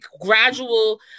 gradual